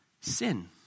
Sin